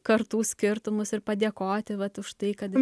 kartų skirtumus ir padėkoti vat už tai kad